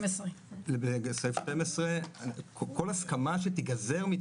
ספציפי, צריך להסתכל על הדברים האלה ולאזן אותם.